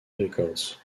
records